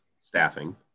staffing